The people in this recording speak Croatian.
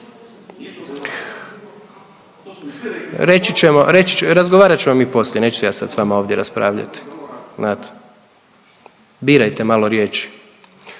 razgovarat ćemo mi poslije, neću se ja sad s vama ovdje raspravljati, znate. Birajte malo riječi.